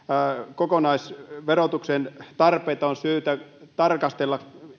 kokonaisverotuksen tarpeita on syytä tarkastella